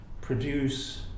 produce